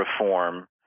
reform